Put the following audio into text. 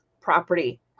property